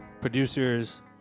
producers